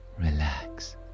relax